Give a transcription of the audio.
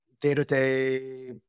day-to-day